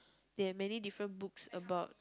he have many different books about